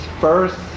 first